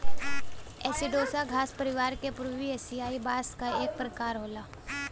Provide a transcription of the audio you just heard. एसिडोसा घास परिवार क पूर्वी एसियाई बांस क एक प्रकार होला